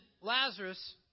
Lazarus